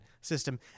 system